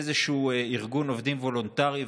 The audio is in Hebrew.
איזשהו ארגון עובדים וולונטרי,